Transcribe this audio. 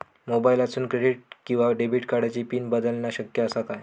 मोबाईलातसून क्रेडिट किवा डेबिट कार्डची पिन बदलना शक्य आसा काय?